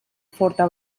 forta